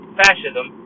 fascism